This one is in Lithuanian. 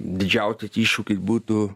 didžiausias iššūkis būtų